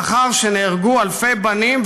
לאחר שנהרגו אלפי בנים,